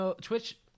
Twitch